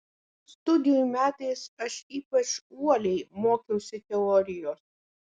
studijų metais aš ypač uoliai mokiausi teorijos